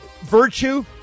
virtue